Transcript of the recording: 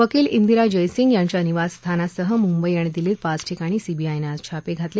वकील इंदिरा जयसिंग यांच्या निवासस्थानासह मंबई आणि दिल्लीत पाच ठिकाणी सीबीआयनं आज छापे घातले